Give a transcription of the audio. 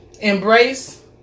Embrace